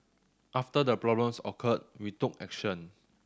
after the problems occurred we took action